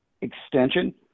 extension